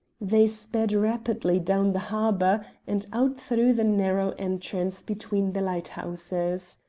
they sped rapidly down the harbour and out through the narrow entrance between the lighthouses.